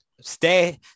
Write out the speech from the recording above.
stay